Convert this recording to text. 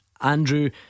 Andrew